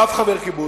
רק 81